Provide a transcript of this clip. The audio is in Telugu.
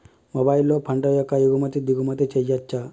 మొబైల్లో పంట యొక్క ఎగుమతి దిగుమతి చెయ్యచ్చా?